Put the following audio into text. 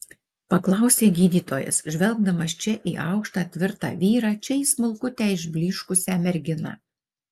paklausė gydytojas žvelgdamas čia į aukštą tvirtą vyrą čia į smulkutę išblyškusią merginą